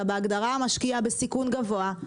אתה בהגדרה משקיע בסיכון גבוה,